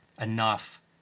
enough